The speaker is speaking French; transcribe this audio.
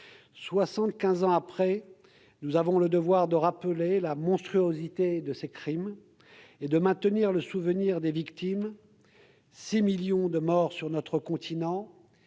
ans après, nous avons le devoir de rappeler la monstruosité de ces crimes et de maintenir le souvenir des victimes : 6 millions de morts sur notre continent